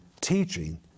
teaching